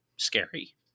scary